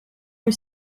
une